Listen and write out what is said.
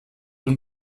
und